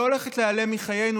לא הולכת להיעלם מחיינו,